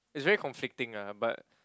it's very conflicting lah but